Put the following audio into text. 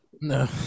No